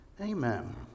amen